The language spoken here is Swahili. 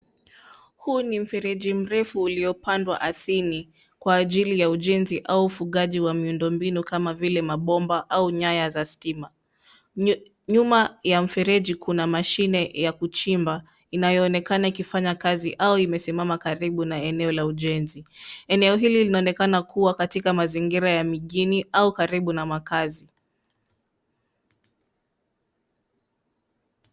Huu ni mfereji mrefu uliopandwa ardhini kwa ajili ya ujenzi au ufungaji wa miundombinu kama vile mabomba au nyaya za stima. Nyuma ya mfereji kuna mashine ya kuchimba inayonekana ikifanya kazi au imesimama karibu na eneo la ujenzi. Eneo hili linaonekana kuwa katika mazingira ya mijini au karibu na makazi.